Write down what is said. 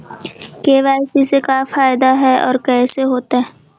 KYC से का फायदा है और कैसे होतै?